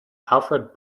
alfred